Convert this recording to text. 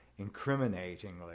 incriminatingly